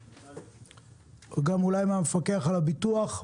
או מהמפקח על הביטוח?